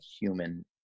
human